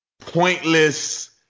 pointless